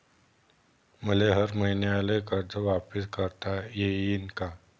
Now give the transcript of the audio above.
मले हर मईन्याले कर्ज वापिस करता येईन का?